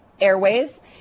Airways